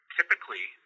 typically